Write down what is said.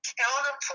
counter